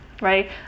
right